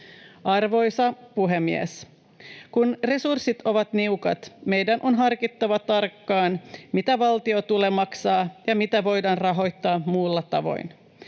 Arvoisa puhemies! Kun resurssit ovat niukat, meidän on harkittava tarkkaan, mitä valtion tulee maksaa ja mitä voidaan rahoittaa muilla tavoin.